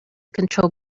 control